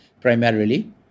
primarily